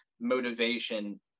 motivation